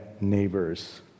neighbors